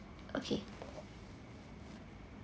okay